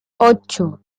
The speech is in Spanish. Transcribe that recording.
ocho